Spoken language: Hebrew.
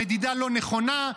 המדידה לא נכונה.